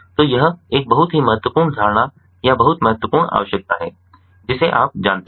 तो यह एक बहुत ही महत्वपूर्ण धारणा या बहुत महत्वपूर्ण आवश्यकता है जिसे आप जानते हैं